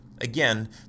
Again